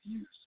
use